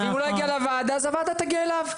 ואם הוא לא יגיע לוועדה אז הוועדה תגיע אליו,